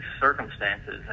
circumstances